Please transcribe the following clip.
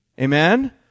Amen